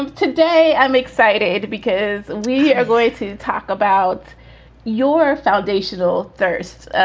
um today. i'm excited because we are going to talk about your foundation all. first,